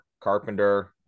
Carpenter